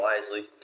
wisely